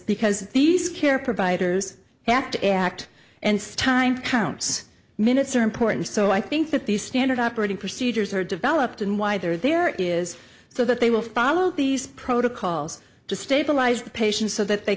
because these care providers have to act and time counts minutes are important so i think that these standard operating procedures are developed and why they're there is so that they will follow these protocols to stabilize the patient so that they